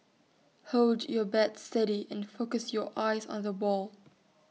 hold your bat steady and focus your eyes on the ball